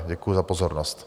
Děkuji za pozornost.